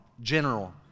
general